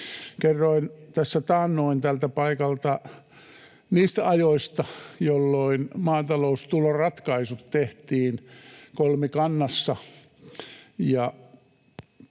taannoin tältä paikalta niistä ajoista, jolloin maataloustuloratkaisut tehtiin kolmikannassa